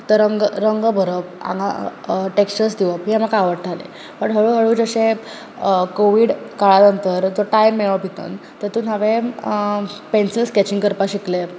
फक्त रंग भरप टॅक्शचर्ज दिवप हें म्हाका आवडटालें पूण हळूहळू जशें कोविड काळा नंतर जो टायम मेळ्ळो तातूंत तातूंत हांवें पॅन्सील स्कॅचिंग करपाक शिकलें